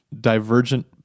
divergent